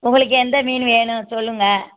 உங்களுக்கு எந்த மீன் வேணும் சொல்லுங்கள்